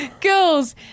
Girls